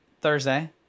thursday